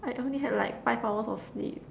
I only had like five hours of sleep